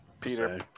Peter